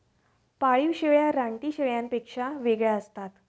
पाळीव शेळ्या रानटी शेळ्यांपेक्षा वेगळ्या असतात